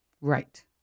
Right